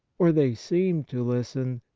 or they seem to listen,